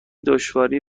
دشواری